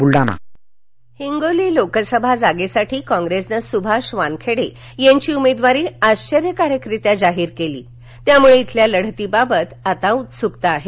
हिंगोली लढत हिंगोली लोकसभा जागेसाठी काँग्रेसनं सुभाष वानखेडे यांची उमेदवारी आश्वर्यकारकरित्या जाहीर केली त्यामुळं इथल्या लढतीबाबत आता उत्सुकता आहे